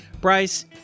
Bryce